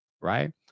right